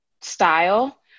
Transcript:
style